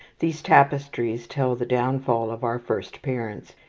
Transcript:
these tapestries tell the downfall of our first parents.